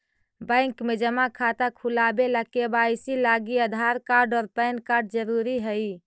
bank में जमा खाता खुलावे ला के.वाइ.सी लागी आधार कार्ड और पैन कार्ड ज़रूरी हई